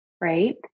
Right